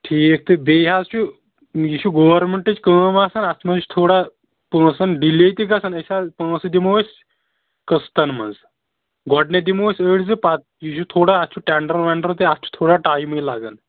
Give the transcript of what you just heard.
ٹھیٖک تہٕ بیٚیہِ حظ چھُ یہِ چھُ گورمٮ۪نٛٹٕچ کٲم آسان اَتھ منٛز چھِ تھوڑا پونٛسَن ڈِلے تہِ گژھان أسۍ حظ پونٛسہٕ دِمو أسۍ قٕسطن منٛز گۄڈٕنٮ۪تھ دِمو أسۍ أڑۍ زٕ پَتہٕ یہِ چھُ تھوڑا اَتھ چھُ ٹٮ۪نٛڈر وٮ۪نٛڈَر تہِ اَتھ چھُ تھوڑا ٹایمٕے لَگان